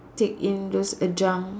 take in those adjunct